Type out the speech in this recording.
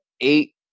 eight